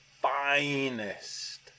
finest